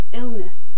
illness